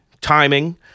timing